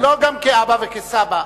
לא, גם כאבא וכסבא.